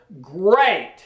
Great